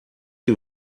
que